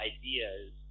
ideas